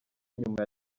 inyuma